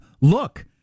Look